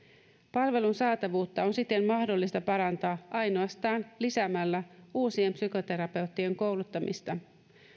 palvelun saatavuutta on siten mahdollista parantaa ainoastaan lisäämällä uusien psykoterapeuttien kouluttamista